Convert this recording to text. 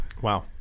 Wow